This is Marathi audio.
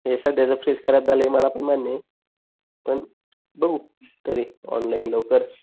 हे सर त्याचा फ्रीज खराब झालं आहे मला पण मान्य आहे पण बघू तरी ऑनलाईन लवकर